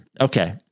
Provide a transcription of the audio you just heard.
Okay